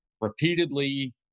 repeatedly